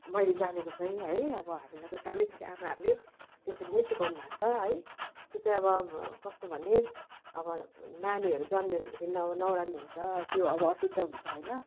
मैले जानेको चाहिँ है अब हामीलाई त सानैदेखि आमाहरूले त्यसरी नै सिकाउनुभएको छ है त्यो चाहिँ अब कस्तो भने अब नानीहरू जन्मियो भनेदेखि अब न्वारनहरू हुन्छ त्यो अब अशुद्ध हुन्छ होइन